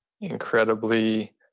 incredibly